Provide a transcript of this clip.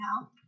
now